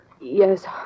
Yes